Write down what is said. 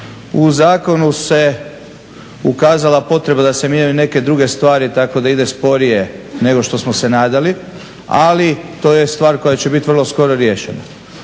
U zakonu se ukazala potreba da se mijenjaju neke druge stvari tako da ide sporije nego što smo se nadali, ali to je stvar koja će biti vrlo skoro riješena.